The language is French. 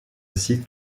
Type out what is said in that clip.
aussi